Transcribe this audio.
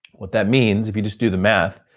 what that means if you just do the math,